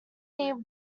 near